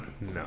No